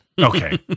Okay